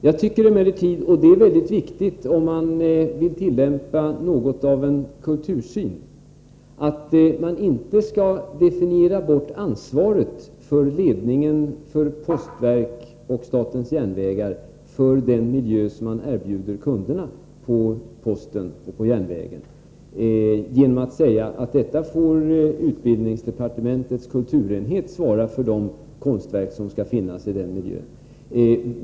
Jag tycker emellertid — och det är väldigt viktigt, om man vill tillämpa något av en kultursyn — att man inte skall definiera bort ansvaret hos ledningen för postverket och statens järnvägar för den miljö som de erbjuder kunderna genom att säga, att utbildningsdepartementets kulturenhet får svara för de konstverk som skall finnas i den miljön.